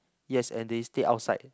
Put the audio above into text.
yes and they stayed outside